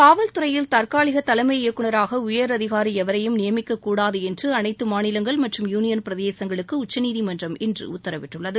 காவல்துறையில் தற்காலிக தலைமை இயக்குநராக உயர் அதிகாரி எவரையும் நியமிக்கக்கூடாது என்று அனைத்து மாநிலங்கள் மற்றும் யூனியன் பிரதேசங்களுக்கு உச்சநீதிமன்றம் இன்று உத்தரவிட்டுள்ளது